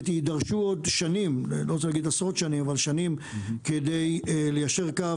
ויידרשו עוד שנים אני לא רוצה להגיד עשרות שנים כדי ליישר קו.